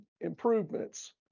improvements